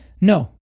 No